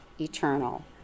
eternal